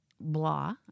blah